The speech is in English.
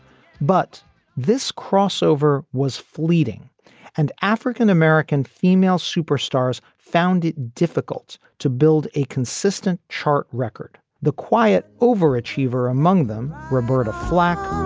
but this crossover was fleeting and african-american female superstars found it difficult to build a consistent chart record the quiet overachiever among them, roberta flack.